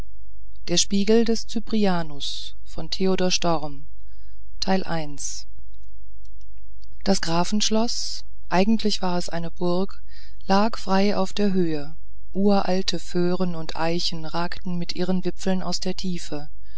der spiegel des cyprianus das grafenschloß eigentlich war es eine burg lag frei auf der höhe uralte föhren und eichen ragten mit ihren wipfeln aus der tiefe